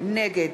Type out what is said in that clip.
נגד